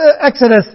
Exodus